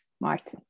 Martin